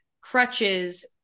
crutches